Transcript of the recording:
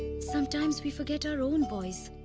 sometimes we forget our own boys,